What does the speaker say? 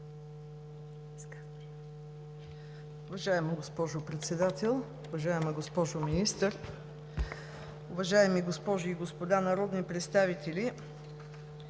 Уважаема госпожо Председател, уважаема госпожо Министър, уважаеми госпожи и господа народни представители!